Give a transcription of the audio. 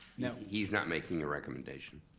no, he's not making a recommendation.